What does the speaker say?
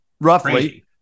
roughly